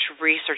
research